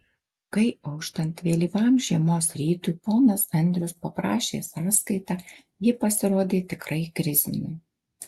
kai auštant vėlyvam žiemos rytui ponas andrius paprašė sąskaitą ji pasirodė tikrai krizinė